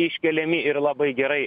iškeliami ir labai gerai